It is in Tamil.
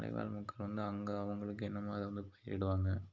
மலைவாழ் மக்கள் வந்து அங்கே அவங்களுக்கு என்னமோ அதை வந்து பயிர் இடுவாங்க